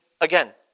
again